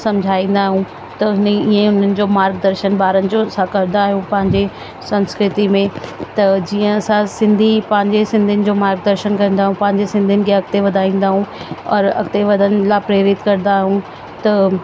समझाईंदा ऐं त हिन हीअं उन्हनि जो मार्गदर्शन ॿारनि जो स करिदा आहियूं पंहिंजे संस्कृति में त जीअं असां सिंधी पंहिंजे सिंधीयुनि जो मार्गदर्शन कंदा आहियूं पंहिंजे सिंधीयुनि खे अॻिते वधाईन्दा आहियूं पर अॻिते वधण लाइ प्रेरित करिदा आहियूं त